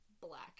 black